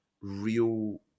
real